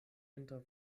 inter